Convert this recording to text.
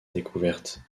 découverte